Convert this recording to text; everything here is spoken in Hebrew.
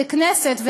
ככנסת,